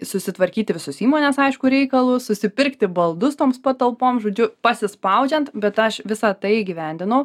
susitvarkyti visus įmonės aišku reikalus susipirkti baldus toms patalpoms žodžiu pasispaudžiant bet aš visą tai įgyvendinau